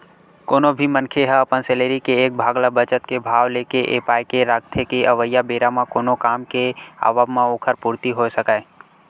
कोनो भी मनखे ह अपन सैलरी के एक भाग ल बचत के भाव लेके ए पाय के रखथे के अवइया बेरा म कोनो काम के आवब म ओखर पूरति होय सकय